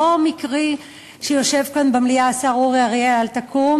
לא מקרי שיושב כאן במליאה השר אורי אריאל, אל תקום